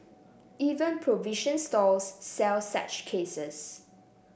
even provision stores sell such cases